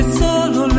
solo